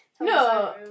No